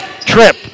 trip